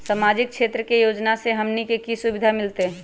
सामाजिक क्षेत्र के योजना से हमनी के की सुविधा मिलतै?